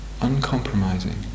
Uncompromising